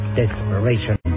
desperation